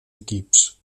equips